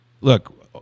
look